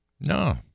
No